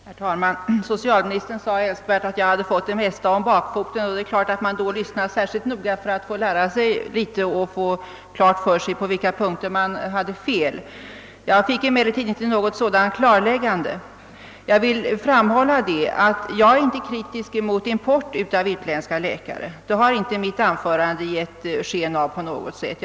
Herr talmån! Socialministern sade älskvärt att jag fått det mesta om bakfoten. Det är klart att man då lyssnar särskilt noga för att få lära sig litet och för att få klart för sig på vilka punkter man har fel. Jag fick emellertid inte något sådant klarläggande. Jag är inte kritisk mot importen av utländska läkare. Det har inte mitt anförande på något sätt gett sken av.